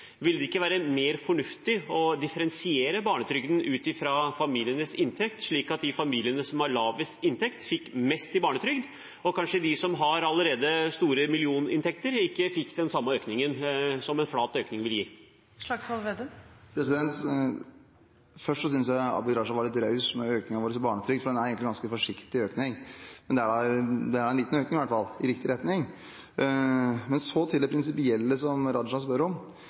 det ikke være mer fornuftig å differensiere barnetrygden ut fra familienes inntekt, slik at familiene med lavest inntekt fikk mest i barnetrygd, og at de som allerede har store millioninntekter, ikke fikk den samme økningen som en flat økning ville gi? Først synes jeg Abid Q. Raja var litt raus med økning av barnetrygden. Det er egentlig en ganske forsiktig økning, men er i hvert fall en liten økning i riktig retning. Til det prinsipielle Raja spør om: